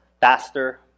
faster